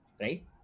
right